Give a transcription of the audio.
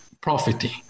profiting